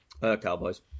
Cowboys